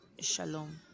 shalom